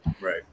Right